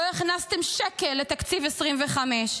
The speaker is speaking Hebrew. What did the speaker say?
לא הכנסתם שקל לתקציב 2025,